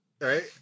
right